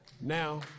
Now